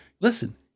Listen